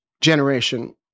generation